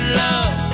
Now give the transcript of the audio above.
love